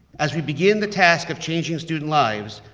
as we begin the task of changing student lives,